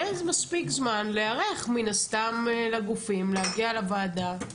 יהיה מספיק זמן להיערך מן הסתם לגופים להגיע לוועדה.